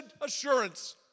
assurance